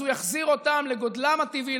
אז הוא יחזיר אותם לגודלם הטבעי,